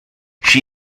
she